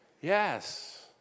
Yes